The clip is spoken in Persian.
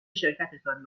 شرکتتان